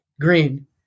green